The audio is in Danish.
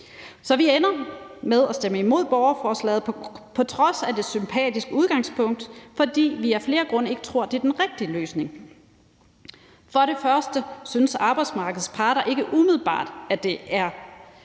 Så vi ender med at stemme imod borgerforslaget på trods af det sympatiske udgangspunkt, fordi vi af flere grunde ikke tror, det er den rigtige løsning. For det første synes arbejdsmarkedets parter ikke umiddelbart, at det er